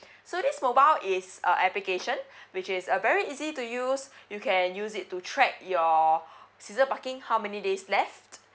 so this mobile is a application which is uh very easy to use you can use it to track your season parking how many days left